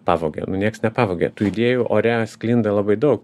pavogė nu nieks nepavogė tų idėjų ore sklinda labai daug